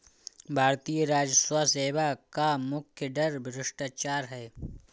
भारतीय राजस्व सेवा का मुख्य डर भ्रष्टाचार है